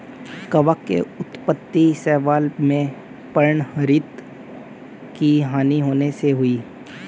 कवक की उत्पत्ति शैवाल में पर्णहरित की हानि होने से हुई है